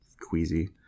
queasy